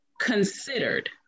considered